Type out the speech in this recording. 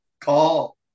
Call